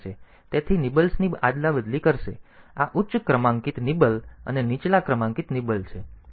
તેથી નિબ્બલ્સની અદલાબદલી કરશે આ ઉચ્ચ ક્રમાંકિત નિબલ અને નીચલા ક્રમાંકિત નિબલ છે